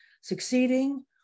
succeeding